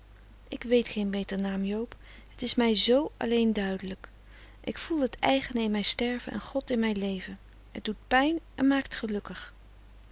ik weet geen beter naam joob het is mij z alleen duidelijk ik voel het eigene in mij sterven en god in mij leven het doet pijn en maakt gelukkig